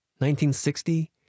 1960